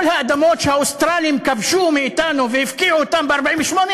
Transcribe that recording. כל האדמות שהאוסטרלים כבשו מאתנו והפקיעו אותן ב-1948,